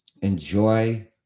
enjoy